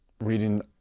reading